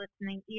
listening